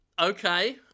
Okay